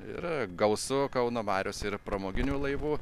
ir gausu kauno mariose ir pramoginių laivų